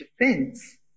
defense